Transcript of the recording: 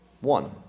one